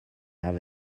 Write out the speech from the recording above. have